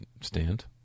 stand